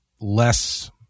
less